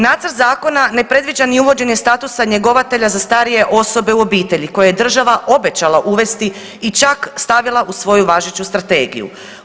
Nacrt zakona ne predviđa ni uvođenje statusa njegovatelja za starije osobe u obitelji koje je država obećala uvesti i čak stavila u svoju važeću strategiju.